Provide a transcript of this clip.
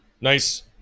nice